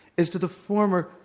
as to the former,